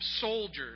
soldiers